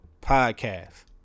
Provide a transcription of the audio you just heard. Podcast